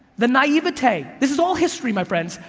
the naivete, this is all history, my friends,